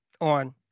on